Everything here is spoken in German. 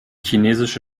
chinesische